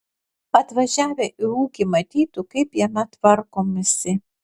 atvažiavę į ūkį matytų kaip jame tvarkomasi